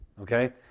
Okay